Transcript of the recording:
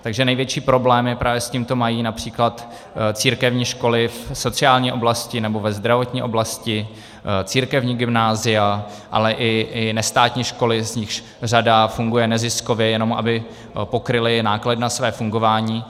Takže největší problém právě s tímto mají například církevní školy, v sociální oblasti nebo ve zdravotní oblasti, církevní gymnázia, ale i nestátní školy, z nichž řada funguje neziskově, jenom aby pokryly náklady na své fungování.